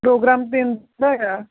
programme ਦਿਨ ਦਾ ਆ